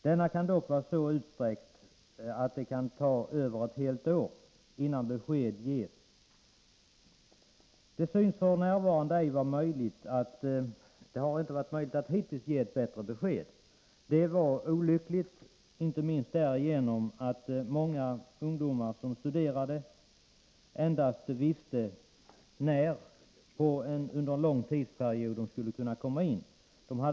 Denna kan dock vara så utsträckt att det kan ta över ett helt år innan besked om exakt tidpunkt kan ges. Det har inte hittills varit möjligt att ge ett bättre besked. Det har varit olyckligt, inte minst därigenom att många ungdomar som studerat endast vetat under vilken tidsperiod — ofta en lång sådan — de skulle komma att rycka in.